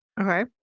Okay